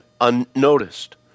unnoticed